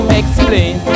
explain